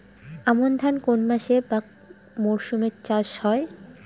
আমন ধান কোন মাসে বা মরশুমে চাষ হয়?